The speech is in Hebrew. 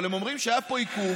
אבל הם אומרים שהיה פה עיכוב מכוון.